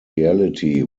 reality